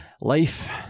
Life